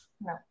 No